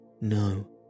no